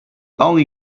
only